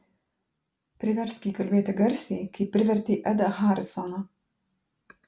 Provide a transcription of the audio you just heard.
priversk jį kalbėti garsiai kaip privertei edą harisoną